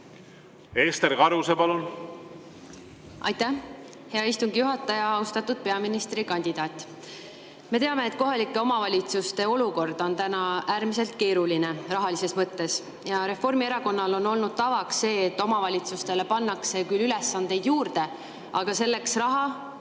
Ester Karuse, palun!